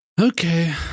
Okay